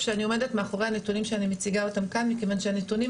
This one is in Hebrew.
שאני עומדת מאחורי הנתונים שאני מציגה כאן מכיוון שהנתונים